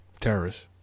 Terrorists